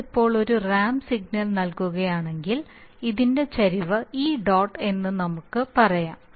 നിങ്ങൾ ഇപ്പോൾ ഒരു റാമ്പ് സിഗ്നൽ നൽകുകയാണെങ്കിൽ അതിൻറെ ചരിവ് ഇ ഡോട്ട് എന്ന് നമുക്ക് പറയാം